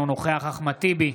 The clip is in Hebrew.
אינו נוכח אחמד טיבי,